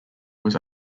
was